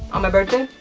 um ah birthday?